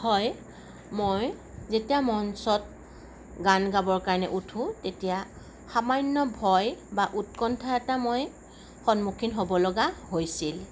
হয় মই যেতিয়া মঞ্চত গান গাবৰ কাৰণে উঠো তেতিয়া সামান্য ভয় বা উৎকণ্ঠা এটা মই সন্মুখীন হ'ব লগা হৈছিল